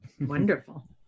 Wonderful